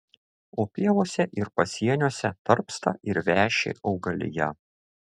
o pievose ir pasieniuose tarpsta ir veši augalija